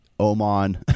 Oman